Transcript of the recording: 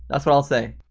that's what i'll say.